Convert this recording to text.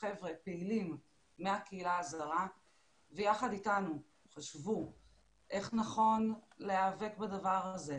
חבר'ה פעילים מהקהילה הזרה ויחד איתנו חשבו איך נכון להיאבק בדבר הזה,